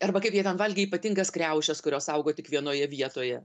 arba kaip jie ten valgė ypatingas kriaušes kurios augo tik vienoje vietoje